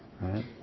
right